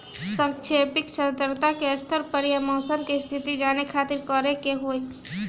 सापेक्षिक आद्रता के स्तर या मौसम के स्थिति जाने खातिर करे के होई?